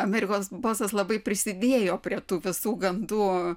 amerikos balsas labai prisidėjo prie tų visų gandų